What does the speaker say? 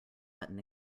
button